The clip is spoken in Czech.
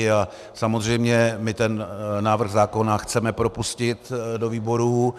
A samozřejmě my ten návrh zákona chceme propustit do výborů.